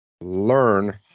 learn